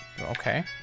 okay